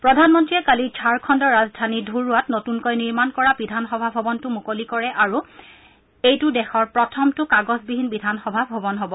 প্ৰধানমন্ত্ৰীয়ে কালি ঝাৰখণুৰ ৰাজধানী ধুৰুৱাত নতুনকৈ নিৰ্মণ কৰা বিধানসভা ভৱনটো মুকলি কৰে আৰু এইটো দেশৰ প্ৰথমটো কাগজবিহীন বিধানসভা ভৱন হ'ব